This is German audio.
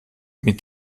mit